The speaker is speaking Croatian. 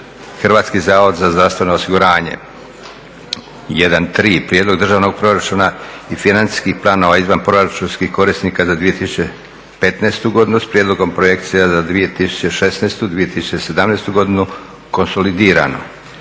Hrvatski zavod za zdravstveno osiguranje 1.3. Prijedlog državnog proračuna i financijskih planova izvanproračunskih korisnika za 2015. godinu, s prijedlogom projekcija za 2016. i 2017. godinu (konsolidirano;